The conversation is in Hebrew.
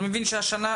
אני מבין שהשנה,